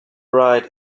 ride